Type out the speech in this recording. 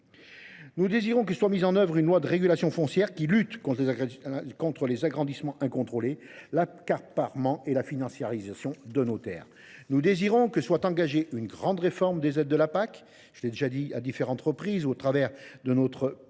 Nous désirons que soit mise en œuvre une loi de régulation foncière qui lutte contre les agrandissements incontrôlés, l’accaparement et la financiarisation de nos terres. Nous désirons que soit engagée une grande réforme des aides de la politique agricole commune (PAC), comme je l’ai dit à plusieurs reprises, au travers de notre plan